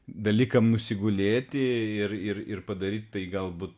dalykams nusigulėti ir ir ir padaryti tai galbūt